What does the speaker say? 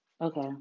Okay